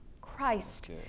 Christ